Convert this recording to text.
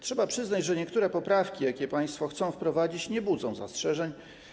Trzeba przyznać, że niektóre poprawki, jakie państwo chcą wprowadzić, nie budzą zastrzeżeń.